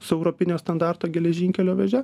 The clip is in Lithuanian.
su europinio standarto geležinkelio vėže